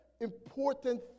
important